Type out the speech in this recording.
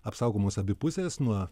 apsaugomos abi pusės nuo